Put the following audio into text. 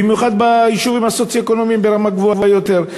במיוחד ביישובים שהמצב הסוציו-אקונומי שלהם ברמה גבוהה יותר.